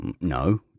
No